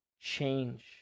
change